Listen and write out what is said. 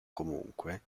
comunque